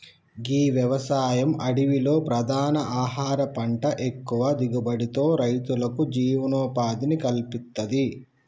గీ వ్యవసాయం అడవిలో ప్రధాన ఆహార పంట ఎక్కువ దిగుబడితో రైతులకు జీవనోపాధిని కల్పిత్తది